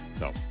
No